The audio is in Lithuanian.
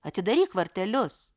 atidaryk vartelius